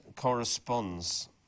corresponds